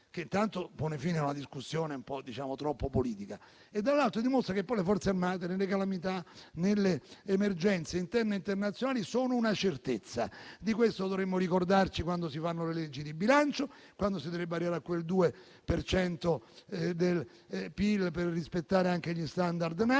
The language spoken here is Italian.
- intanto porrebbe fine a una discussione un po' troppo politica; dall'altro lato, dimostrerebbe che le Forze armate nelle calamità, nelle emergenze interne e internazionali sono una certezza. Di questo dovremmo ricordarci, quando si fanno le leggi di bilancio, quando si dovrebbe arrivare al 2 per cento del PIL per rispettare gli *standard*